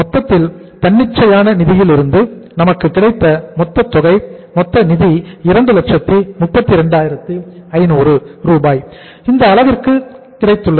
மொத்தத்தில் தன்னிச்சையான நிதியிலிருந்து நமக்கு கிடைத்த மொத்த நிதி 232500 ரூபாய் இந்த அளவிற்கு கிடைத்தது